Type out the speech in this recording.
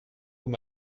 vous